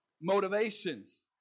motivations